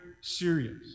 serious